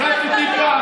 הפחדת אותי פעם,